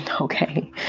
okay